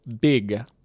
big